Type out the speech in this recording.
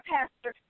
Pastor